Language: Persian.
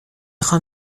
خوام